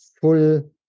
full